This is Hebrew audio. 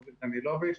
רוביק דנילוביץ'.